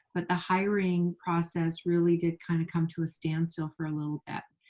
but the hiring process really did kind of come to a standstill for a little bit.